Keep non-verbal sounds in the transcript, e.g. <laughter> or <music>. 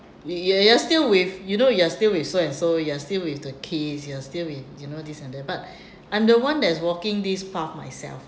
you you you're still with you know you are still with so and so you're still with the kids you are still with you know this and that but <breath> I'm the one that is walking this path myself